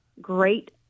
great